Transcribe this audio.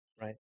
Right